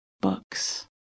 books